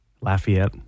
Lafayette